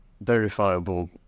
verifiable